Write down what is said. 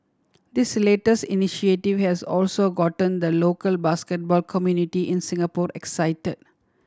this latest initiative has also gotten the local basketball community in Singapore excited